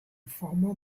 former